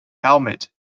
helmet